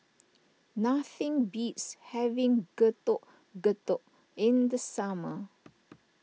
nothing beats having Getuk Getuk in the summer